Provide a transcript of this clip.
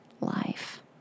life